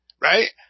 Right